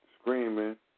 screaming